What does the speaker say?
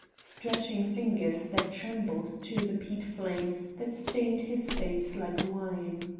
stretching fingers that trembled to the peat-flame that stained his face like wine.